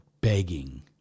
begging